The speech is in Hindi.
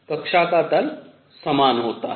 कक्षा का तल समान होता है